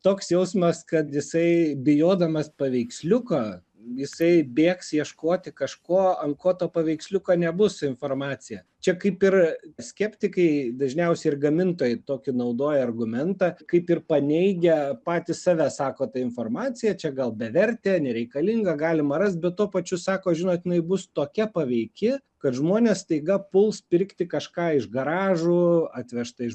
toks jausmas kad jisai bijodamas paveiksliuko jisai bėgs ieškoti kažko ant ko to paveiksliuko nebus su informacija čia kaip ir skeptikai dažniausiai ir gamintojai tokį naudoja argumentą kaip ir paneigia patys save sako ta informacija čia gal bevertė nereikalinga galima rast bet tuo pačiu sako žinot jinai bus tokia paveiki kad žmonės staiga puls pirkti kažką iš garažų atvežtą iš